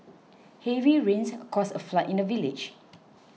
heavy rains caused a flood in the village